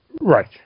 Right